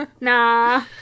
nah